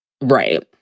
Right